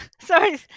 Sorry